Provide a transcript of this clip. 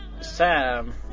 Sam